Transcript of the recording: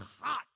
hot